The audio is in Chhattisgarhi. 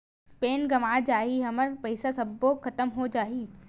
पैन गंवा जाही हमर पईसा सबो खतम हो जाही?